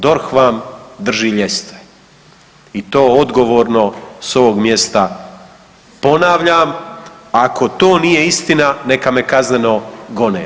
DORH vam drži ljestve i to odgovorno s ovog mjesta ponavljam, ako to nije istina, neka me kazneno gone.